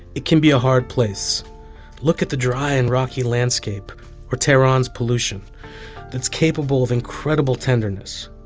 it can be a hard place look at the dry and rocky landscape or tehran's pollution that's capable of incredible tenderness,